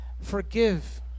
forgive